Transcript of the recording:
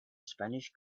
spanish